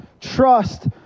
Trust